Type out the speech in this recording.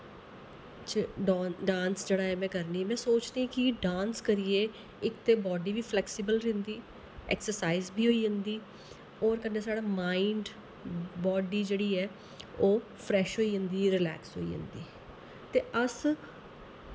डा डांस जेह्ड़ा में करनी ऐ में सोचनी कि डांस करियै इक ते बाडी बी फलैक्सिवल रैंह्दी ऐक्सरसाइज़ बी होई जंदी होर कन्नै साढ़ा माइंड बाडी जेह्ड़ी ऐ ओह् फ्रैश होई जंदी रलैक्स होई जंदी ते अस